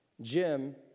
Jim